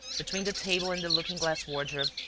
between the table and the looking-glass wardrobe,